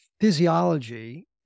physiology